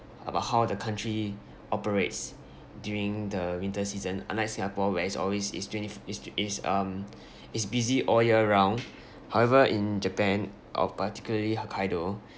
about how the country operates during the winter season unlike singapore where it's always is twenty f~ is is um is busy all year round however in japan or particularly hokkaido